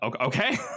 Okay